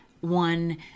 one